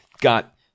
got